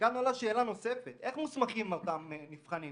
מכאן עולה שאלה נוספת: איך מוסמכים אותם נבחנים?